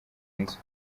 nzu